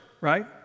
right